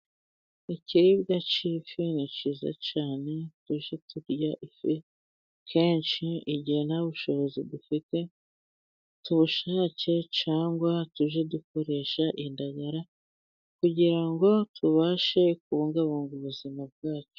Ikiribwa kifi ni kiza cyane tujye turya ifi kenshi, igihe nta bushobozi dufite tubushake cyangwa tujye dukoresha inda kugira ngo tubashe kubungabunga ubuzima bwacu.